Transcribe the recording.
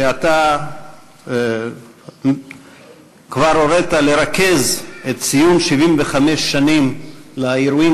שאתה כבר הורית לרכז את ציון 75 שנים לאירועים